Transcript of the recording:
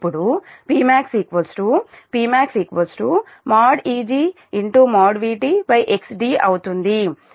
ఇప్పుడుPmax Pmax |Eg||Vt|xdఅవుతుంది